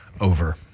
over